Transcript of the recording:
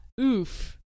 oof